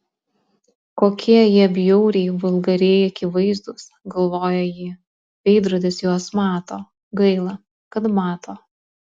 kokie jie bjauriai vulgariai akivaizdūs galvoja ji veidrodis juos mato gaila kad mato